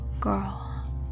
girl